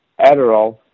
Adderall